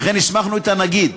וכן הסמכנו את הנגיד,